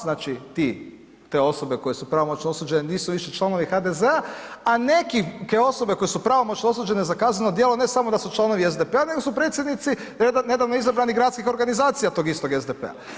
Znači ti, te osobe koje su pravomoćno osuđene nisu više članovi HDZ-a, a neke osobe koje su pravomoćno za kazneno djelo ne samo da su članovi SDP-a nego su predsjednici nedavno izabranih gradskih organizacija tog istog SDP-a.